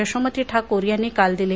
यशोमती ठाकूर यांनी काल दिले